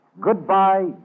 Goodbye